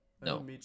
no